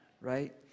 right